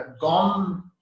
gone